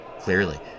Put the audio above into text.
clearly